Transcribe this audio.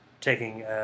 taking